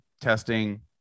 testing